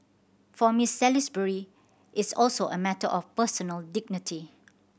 for Miss Salisbury it's also a matter of personal dignity